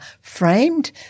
framed